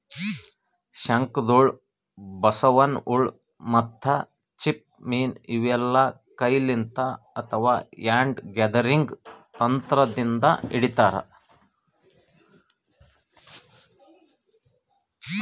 ಶಂಕದ್ಹುಳ, ಬಸವನ್ ಹುಳ ಮತ್ತ್ ಚಿಪ್ಪ ಮೀನ್ ಇವೆಲ್ಲಾ ಕೈಲಿಂತ್ ಅಥವಾ ಹ್ಯಾಂಡ್ ಗ್ಯಾದರಿಂಗ್ ತಂತ್ರದಿಂದ್ ಹಿಡಿತಾರ್